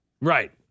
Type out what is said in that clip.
right